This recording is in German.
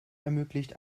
ermöglicht